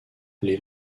les